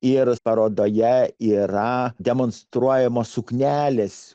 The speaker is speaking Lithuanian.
ir parodoje yra demonstruojamos suknelės